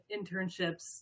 internships